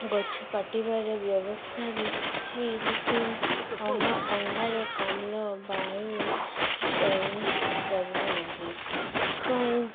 ଗଛ କାଟିବାର ବ୍ୟବସ୍ଥା ବି ଅଛି ଲେକିନ୍ ଅଙ୍ଗାରକାମ୍ଳ ବାୟୁ ଜଲ୍ଦି ଆସିପାରିବ ନାହିଁ ସେଥିପାଇଁ